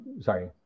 sorry